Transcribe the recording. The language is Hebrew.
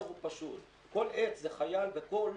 והמסר הוא פשוט: כל עץ זה חייל, וכל